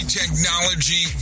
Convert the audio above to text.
technology